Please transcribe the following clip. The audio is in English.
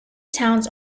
towns